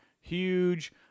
huge